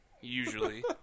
usually